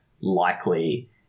likely